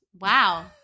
Wow